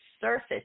surface